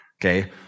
okay